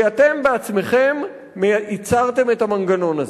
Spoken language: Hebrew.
כי אתם בעצמכם ייצרתם את המנגנון הזה,